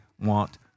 want